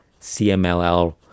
CMLL